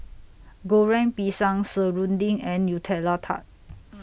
Goreng Pisang Serunding and Nutella Tart